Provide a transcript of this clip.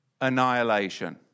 annihilation